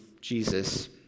Jesus